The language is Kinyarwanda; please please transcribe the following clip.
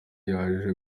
yaje